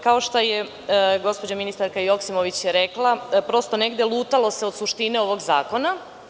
Kao što je gospođa ministarka, Joksimović rekla, prosto negde, lutalo se od suštine ovog zakona.